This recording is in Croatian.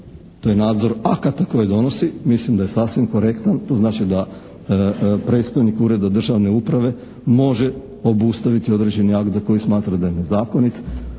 to je nadzor akata koje donosi. Mislim da je sasvim korektan, to znači da predstojnik Ureda državne uprave može obustaviti određeni akt za koji smatra da je nezakonit.